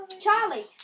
Charlie